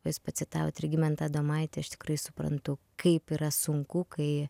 jūs pacitavot regimantą adomaitį aš tikrai suprantu kaip yra sunku kai